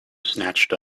snatched